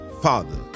Father